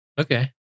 okay